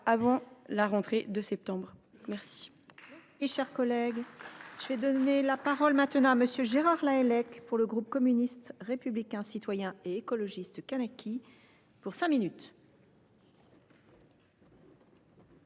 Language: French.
avant la rentrée de septembre. La